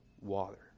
water